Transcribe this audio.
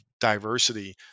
diversity